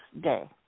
Day